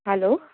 hello